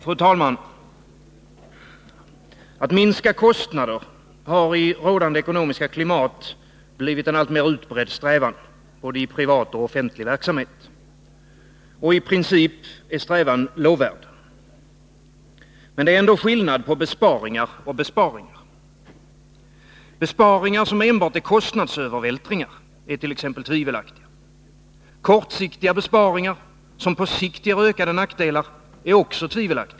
Fru talman! Att minska kostnader har i rådande ekonomiska klimat blivit en alltmer utbredd strävan, i både privat och offentlig verksamhet. Och i princip är strävan lovvärd. Men det är ändå skillnad på besparingar och besparingar. Besparingar, som enbart är kostnadsövervältringar, är t.ex. tvivelaktiga. Kortsiktiga besparingar, som på sikt ger ökade nackdelar, är också tvivelaktiga.